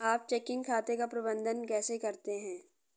आप चेकिंग खाते का प्रबंधन कैसे करते हैं?